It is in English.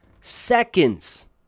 seconds